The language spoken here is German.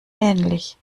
ähnlich